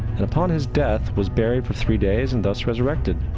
and upon his death was buried for three days and thus resurrected,